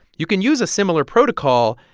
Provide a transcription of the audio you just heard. you can use a similar protocol,